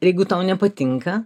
jeigu tau nepatinka